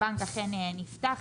הבנק אכן נפתח,